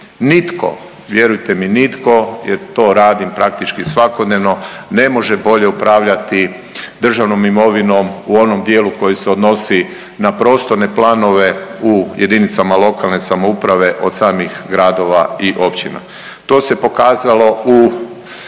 Nitko, vjerujete mi nitko jer to radim praktički svakodnevno ne može bolje upravljati državnom imovinom u onom dijelu koji se odnosi na prostorne planove u jedinicama lokalne samouprave od samih gradova i općina. To se pokazalo u,